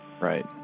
right